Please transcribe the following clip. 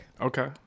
Okay